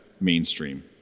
mainstream